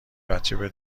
بچه